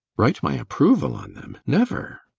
write my approval on them? never!